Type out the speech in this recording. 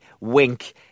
wink